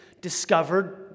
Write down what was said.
discovered